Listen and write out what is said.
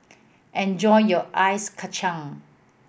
enjoy your Ice Kachang